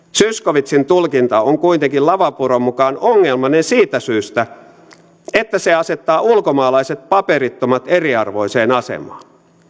zyskowiczin tulkinta on kuitenkin lavapuron mukaan ongelmallinen siitä syystä että se asettaa ulkomaalaiset paperittomat eriarvoiseen asemaan